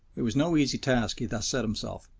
it was no easy task he thus set himself.